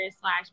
slash